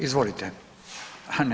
Izvolite.